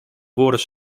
woorden